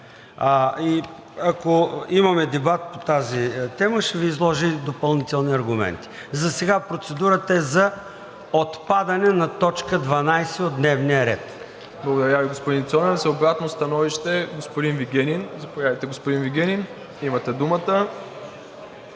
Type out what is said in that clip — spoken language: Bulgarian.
Ако имаме дебат по тази тема, ще Ви изложа и допълнителни аргументи. Засега процедурата е за отпадане на т. 12 от дневния ред. ПРЕДСЕДАТЕЛ МИРОСЛАВ ИВАНОВ: Благодаря Ви, господин Цонев. За обратно становище – господин Вигенин. Заповядайте, господин Вигенин, имате думата.